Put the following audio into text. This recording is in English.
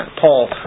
Paul